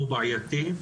הוא בעייתי.